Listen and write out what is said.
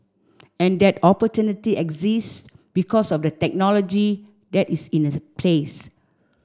and that opportunity exists because of the technology that is in place